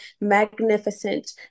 magnificent